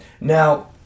Now